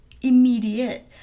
immediate